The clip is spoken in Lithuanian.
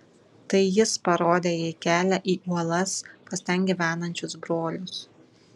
tai jis parodė jai kelią į uolas pas ten gyvenančius brolius